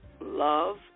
love